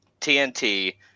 TNT